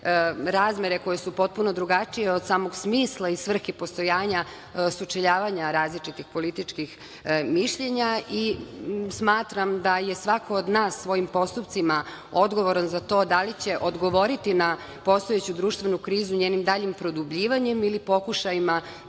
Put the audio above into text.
razmere koje su potpuno drugačije od samog smisla i svrhe postojanja sučeljavanja različitih političkih mišljenja i smatram da je svako od nas svojim postupcima odgovoran za to da li će to odgovoriti na postojeću društvenu krizu njenim daljim produbljivanjem ili pokušajima